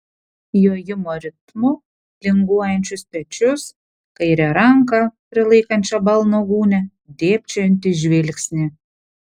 jojimo ritmu linguojančius pečius kairę ranką prilaikančią balno gūnią dėbčiojantį žvilgsnį